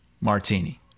martini